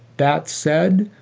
that said,